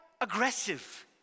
aggressive